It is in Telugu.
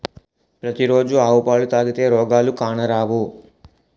పతి రోజు ఆవు పాలు తాగితే రోగాలు కానరావు